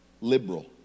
liberal